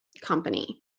company